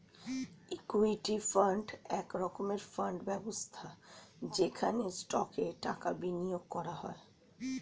equity fund এক রকমের fund ব্যবস্থা যেখানে স্টকে টাকা বিনিয়োগ করা হয়